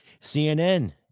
CNN